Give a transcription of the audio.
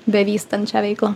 bevystant šią veiklą